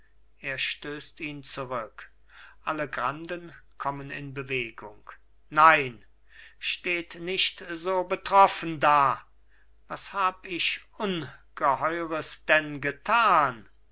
er stößt ihn zurück alle granden kommen in bewegung nein steht nicht so betroffen da was hab ich ungeheures denn getan